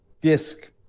disc